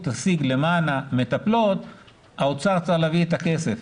תשיג למען המטפלות האוצר צריך להביא את הכסף.